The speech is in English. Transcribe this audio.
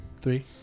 Three